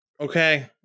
okay